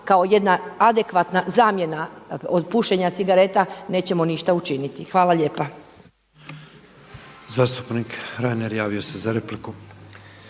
kao jedna adekvatna zamjena od pušenja cigareta nećemo ništa učiniti. Hvala lijepa.